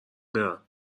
برم